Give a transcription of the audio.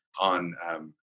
on